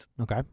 Okay